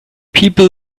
people